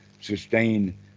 sustain